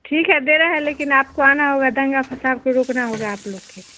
ठीक है दे रहे लेकिन आपको आना होगा दंगा फसाद को रोकना होगा आप लोग को